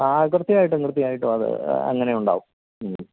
ആ തീർച്ചയായിട്ടും തീർച്ചയായിട്ടും അത് അങ്ങനെ ഉണ്ടാവും മ്മ്